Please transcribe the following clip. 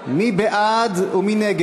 (תיקון מס' 61). מי בעד ומי נגד?